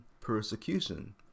persecution